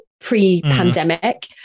pre-pandemic